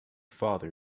father